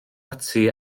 ati